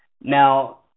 Now